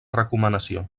recomanació